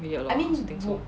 really a lot I also think so